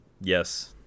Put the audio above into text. yes